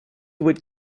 would